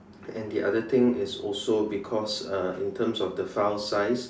and the other thing is also because uh in terms of the file size